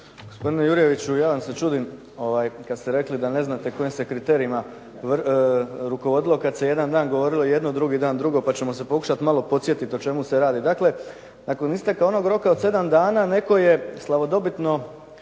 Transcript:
Gospodine Jurjeviću ja vam se čudim kada ste rekli da ne znate kojim se kriterijima govorilo jedno, drugi dan drugo, pa ćemo se pokušati malo podsjetiti o čemu se radi. Dakle, nakon isteka onog roka od 7 dana netko je slavodobitno